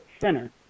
center